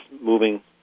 moving